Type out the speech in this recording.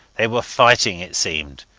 they were fighting, it seemed.